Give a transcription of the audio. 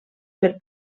per